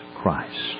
Christ